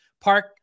park